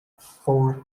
four